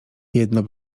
jedno